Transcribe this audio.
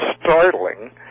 startling